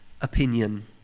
opinion